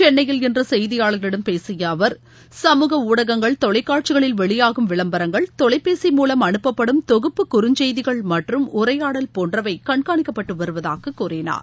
சென்னையில் இன்று செய்தியாளர்களிடம் பேசிய அவர் சமூக ஊடகங்கள் தொலைக்காட்சிகளில் வெளியாகும் விளம்பரங்கள் தொலைபேசி மூலம் அனுப்பப்படும் தொகுப்பு குறஞ்செய்திகள் மற்றும் உரையாடல் போன்றவை கண்காணிக்கப்பட்டு வருவதாக கூறினார்